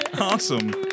Awesome